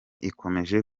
ikomeje